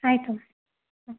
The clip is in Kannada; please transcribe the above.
ಆಯಿತು ಮ್ಯಾಮ್ ಹಾಂ